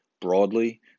Broadly